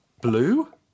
Blue